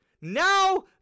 Now